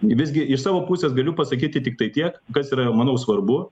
visgi iš savo pusės galiu pasakyti tiktai tiek kas yra manau svarbu